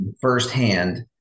firsthand